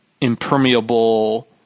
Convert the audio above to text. impermeable